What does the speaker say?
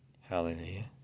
Hallelujah